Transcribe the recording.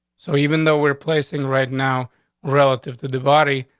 so even though we're placing right now relative to the body,